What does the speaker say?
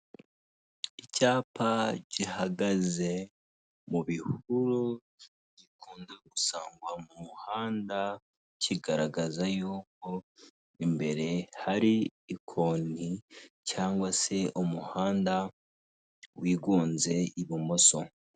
Icyapa gihagaze mu bihuru gikunda gusangwa mu muhanda kigaragaza y'uko imbere hari ikoni cyangwa se umuhanda wigunze ibumoso.